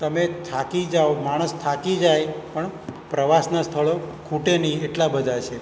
તમે થાકી જાઓ માણસ થાકી જાય પણ પ્રવાસના સ્થળો ખૂટે નહીં એટલા બધા છે